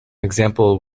example